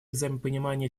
взаимопонимание